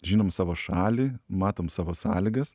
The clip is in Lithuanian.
žinom savo šalį matom savo sąlygas